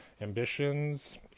ambitions